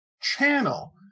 Channel